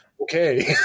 Okay